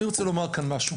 אני רוצה לומר כאן משהו,